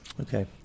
Okay